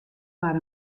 mar